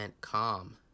calm